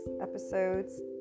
Episodes